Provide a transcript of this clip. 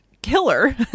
killer